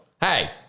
Hey